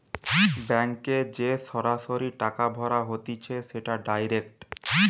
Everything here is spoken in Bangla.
ব্যাংকে যে সরাসরি টাকা ভরা হতিছে সেটা ডাইরেক্ট